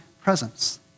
presence